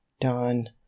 Dawn